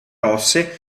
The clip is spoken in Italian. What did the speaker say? rosse